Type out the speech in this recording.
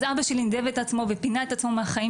אז אבא שלי נידב את עצמו ופינה את עצמו מהחיים